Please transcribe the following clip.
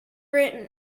written